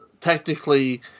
technically